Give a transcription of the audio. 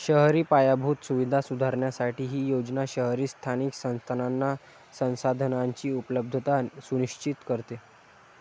शहरी पायाभूत सुविधा सुधारण्यासाठी ही योजना शहरी स्थानिक संस्थांना संसाधनांची उपलब्धता सुनिश्चित करते